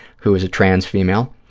who is a trans female,